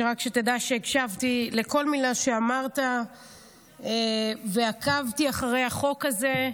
רק שתדע שהקשבתי לכל מילה שאמרת ועקבתי אחרי החוק הזה,